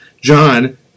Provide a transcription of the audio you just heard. John